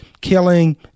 killing